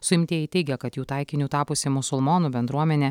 suimtieji teigia kad jų taikiniu tapusi musulmonų bendruomenė